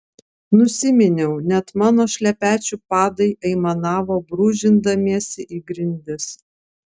nusiminiau net mano šlepečių padai aimanavo brūžindamiesi į grindis